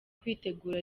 kwitegura